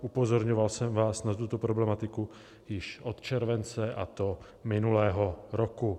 Upozorňoval jsem vás na tuto problematiku již od července, a to minulého roku.